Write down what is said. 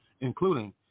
including